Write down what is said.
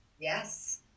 yes